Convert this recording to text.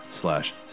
slash